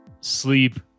sleep